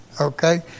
Okay